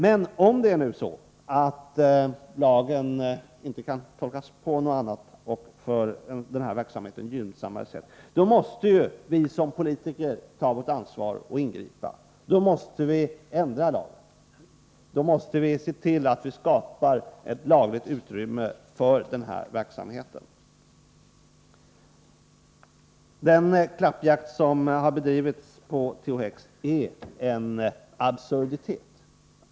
Men om det är så att lagen inte kan tolkas på något annat och för den här verksamheten gynnsammare sätt måste vi som politiker ta vårt ansvar och ingripa — då måste vi ändra lagen, då måste vi se till att skapa ett lagligt utrymme för den här verksamheten. Den klappjakt som har bedrivits på THX är en absurditet.